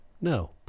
no